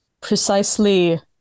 precisely